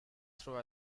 throw